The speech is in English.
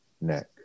neck